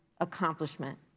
accomplishment